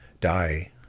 die